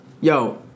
Yo